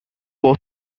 both